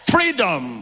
Freedom